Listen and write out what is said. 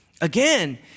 Again